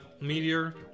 meteor